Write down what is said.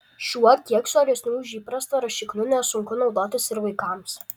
šiuo kiek storesniu už įprastą rašikliu nesunku naudotis ir vaikams